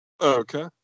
Okay